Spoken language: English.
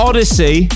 Odyssey